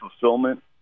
fulfillment